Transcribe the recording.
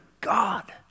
God